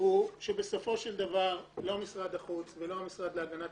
הוא שבסופו של דבר לא משרד החוץ ולא המשרד להגנת